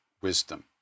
wisdom